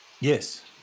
yes